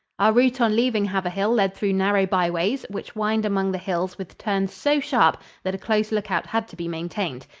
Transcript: our route on leaving haverhill led through narrow byways, which wind among the hills with turns so sharp that a close lookout had to be maintained.